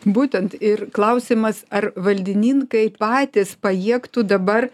būtent ir klausimas ar valdininkai patys pajėgtų dabar